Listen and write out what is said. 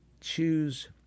choose